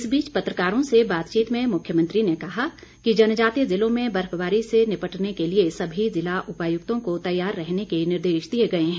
इस बीच पत्रकारों से बातचीत में मुख्यमंत्री ने कहा कि जनजातीय ज़िलों में बर्फबारी से निपटने के लिए सभी ज़िला उपायुक्तों को तैयार रहने के निर्देश दिए गए हैं